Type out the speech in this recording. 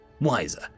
wiser